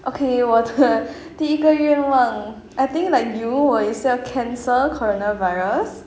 okay 我的第一个愿望 I think like you 我也是要 cancel coronavirus